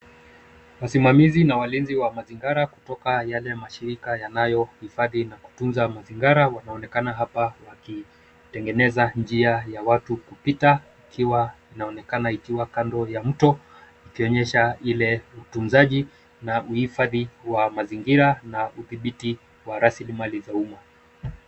Wasimamizi na walinzi wa mazingira kutoka yale mashirika yanayohifadhi na kutunza mazingira, wanaonekana hapa wakitengeneza njia ya watu kupita, ikiwa inaonekana ikiwa kando ya mto, ikionyesha ile utunzaji, na uhifadhi wa mazingira, na udhibiti wa rasilimali za umma.